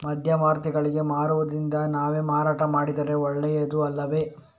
ಮಧ್ಯವರ್ತಿಗಳಿಗೆ ಮಾರುವುದಿಂದ ನಾವೇ ಮಾರಾಟ ಮಾಡಿದರೆ ಒಳ್ಳೆಯದು ಅಲ್ಲವೇ?